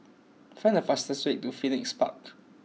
find the fastest way to Phoenix Park